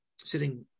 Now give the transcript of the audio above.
sitting